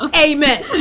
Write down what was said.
amen